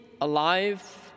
alive